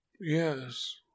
Yes